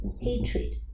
hatred